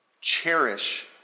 Cherish